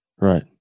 Right